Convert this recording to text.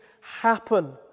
happen